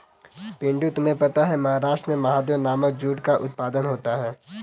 पिंटू तुम्हें पता है महाराष्ट्र में महादेव नामक जूट का उत्पादन होता है